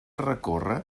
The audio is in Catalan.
recórrer